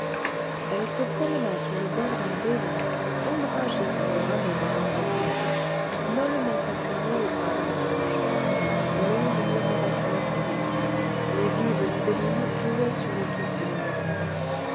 elle se promena sur le bord d'un beau lac ombragé par les rameaux des arbres touffus mollement appuyée au bras d'un ange l'onde murmurait à leurs pieds les vives libellules jouaient sur les touffes de nénuphar